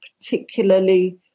particularly